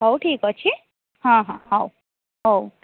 ହଉ ଠିକ୍ ଅଛି ହଁ ହଁ ହଉ ହଉ